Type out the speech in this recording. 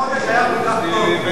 לפני חודש היה כל כך טוב.